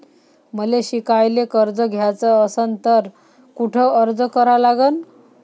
मले शिकायले कर्ज घ्याच असन तर कुठ अर्ज करा लागन?